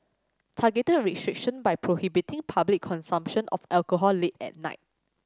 targeted restriction by prohibiting public consumption of alcohol late at night